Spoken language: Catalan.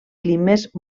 climes